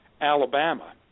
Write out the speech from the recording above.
Alabama